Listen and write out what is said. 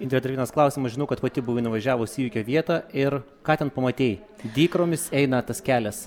indre dar vienas klausimas žinau kad pati buvai nuvažiavus į įvykio vietą ir ką ten pamatei dykromis eina tas kelias